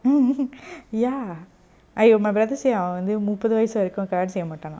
ya !aiyo! my brother say அவ வந்து முப்பது வயசு வரைக்கு கல்யானோ செய்ய மாட்டானா:ava vanthu muppathu vayasu varaiku kalyano seiya matana